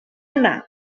anar